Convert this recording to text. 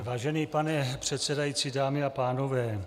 Vážený pane předsedající, dámy a pánové.